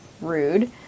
Rude